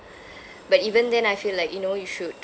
but even then I feel like you know you should